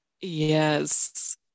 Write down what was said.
yes